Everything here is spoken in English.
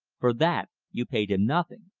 for that you paid him nothing.